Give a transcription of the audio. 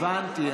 הבנתי.